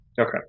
Okay